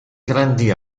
grandi